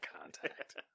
contact